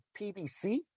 PBC